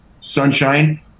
sunshine